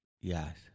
Yes